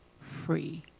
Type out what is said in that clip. free